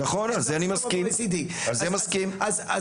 ומתייחסים לציבור המורים דרך ארגוניהם